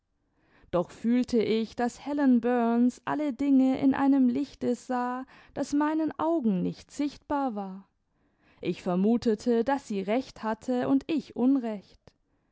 doch fühlte ich daß helen burns alle dinge in einem lichte sah das meinen augen nicht sichtbar war ich vermutete daß sie recht hatte und ich unrecht